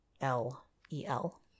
L-E-L